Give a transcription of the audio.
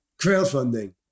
crowdfunding